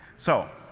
so,